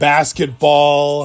Basketball